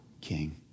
king